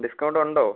discount ഉണ്ടോ